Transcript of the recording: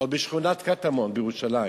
עוד בשכונת קטמון בירושלים.